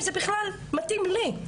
אם זה בכלל מתאים לי,